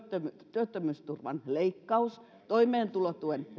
työttömyysturvan leikkaus toimeentulotuen